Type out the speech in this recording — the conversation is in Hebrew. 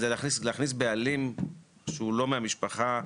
להכניס בעלים שהוא לא מהמשפחה,